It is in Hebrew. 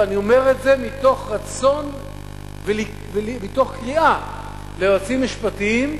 ואני אומר את זה מתוך רצון ומתוך קריאה ליועצים משפטיים,